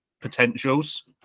potentials